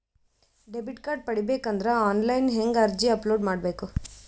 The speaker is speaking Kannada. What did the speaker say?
ಡೆಬಿಟ್ ಕಾರ್ಡ್ ಪಡಿಬೇಕು ಅಂದ್ರ ಆನ್ಲೈನ್ ಹೆಂಗ್ ಅರ್ಜಿ ಅಪಲೊಡ ಮಾಡಬೇಕು?